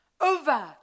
Over